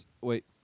wait